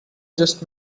just